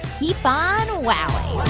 keep on wowing